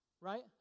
right